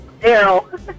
Daryl